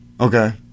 okay